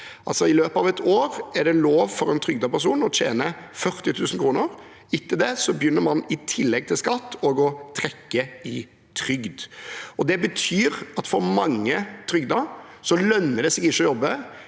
I løpet av et år er det lov for en trygdet person å tjene 40 000 kr. Etter det begynner man – i tillegg til skatt – også å trekke av trygden. Det betyr at for mange trygdede lønner det seg ikke å jobbe.